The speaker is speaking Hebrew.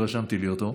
ורשמתי לי אותו.